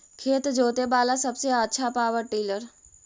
खेत जोते बाला सबसे आछा पॉवर टिलर?